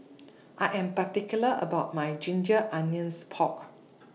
I Am particular about My Ginger Onions Pork